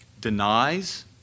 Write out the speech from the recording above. denies